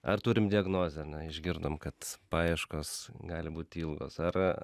ar turim diagnozę na išgirdom kad paieškos gali būti ilgos ar